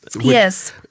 yes